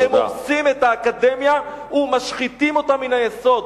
הם הורסים את האקדמיה ומשחיתים אותה מן היסוד.